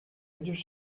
ellos